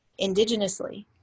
indigenously